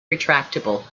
retractable